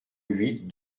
huit